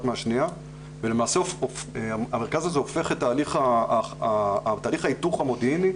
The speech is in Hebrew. על השנייה ולמעשה המרכז הזה הופך את תהליך ההיתוך המודיעיני